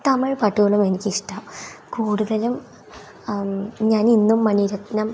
തമിഴ് പാട്ടുകളും എനിക്ക് ഇഷ്ടമാണ് കൂടുതലും ഞാൻ ഇന്നും മണിരത്നം